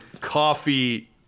coffee